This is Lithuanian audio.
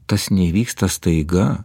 tas neįvyksta staiga